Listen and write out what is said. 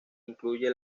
incluye